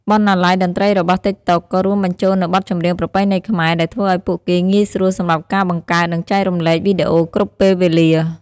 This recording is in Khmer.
បណ្ណាល័យតន្ត្រីរបស់ តិកតុក ក៏រួមបញ្ចូលនូវបទចម្រៀងប្រពៃណីខ្មែរ ដែលធ្វើឲ្យពួកគេងាយស្រួលសម្រាប់ការបង្កើត និងចែករំលែកវីដេអូគ្រប់ពេលវេលា។